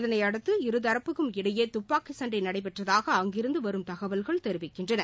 இதனையடுத்து இருதரப்புக்கும் இடையே துப்பாக்கி சண்டை நடைபெற்றதாக அங்கிருந்து வரும் தகவல்கள் தெரிவிக்கின்றன